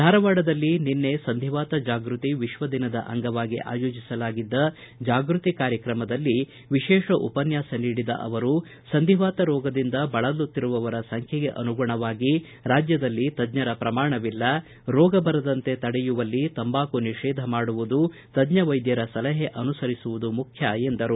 ಧಾರವಾಡದಲ್ಲಿ ನಿನ್ನೆ ಸಂಧಿವಾತ ಜಾಗೃತಿ ವಿಶ್ವ ದಿನದ ಅಂಗವಾಗಿ ಆಯೋಜಿಸಲಾಗಿದ್ದ ಜಾಗೃತಿ ಕಾರ್ಯಕ್ರಮದಲ್ಲಿ ವಿಶೇಷ ಉಪನ್ಯಾಸ ನೀಡಿದ ಅವರು ಸಂಧಿವಾತ ರೋಗದಿಂದ ಬಳಲುತ್ತಿರುವವರ ಸಂಖ್ಯೆಗೆ ಅನುಗುಣವಾಗಿ ರಾಜ್ಯದಲ್ಲಿ ತಜ್ಞರ ಪ್ರಮಾಣವಿಲ್ಲ ರೋಗ ಬರದಂತೆ ತಡೆಯುವಲ್ಲಿ ತಂಬಾಕು ನಿಷೇಧ ಮಾಡುವುದು ತಜ್ಞ ವೈದ್ಯರ ಸಲಹೆ ಅನುಸರಿಸುವುದು ಮುಖ್ಯ ಎಂದರು